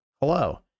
Hello